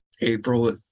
April